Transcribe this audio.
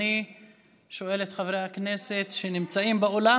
אני שואל את חברי הכנסת שנמצאים באולם